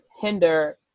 Hinder